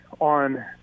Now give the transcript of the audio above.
on